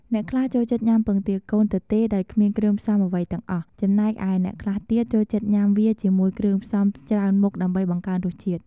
អ្នកខ្លះចូលចិត្តញ៉ាំពងទាកូនទទេដោយគ្មានគ្រឿងផ្សំអ្វីទាំងអស់ ចំណែកឯអ្នកខ្លះទៀតចូលចិត្តញ៉ាំវាជាមួយគ្រឿងផ្សំច្រើនមុខដើម្បីបង្កើនរសជាតិ។